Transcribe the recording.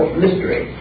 mystery